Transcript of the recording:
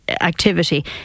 activity